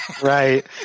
Right